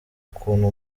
ukuntu